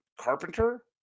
Carpenter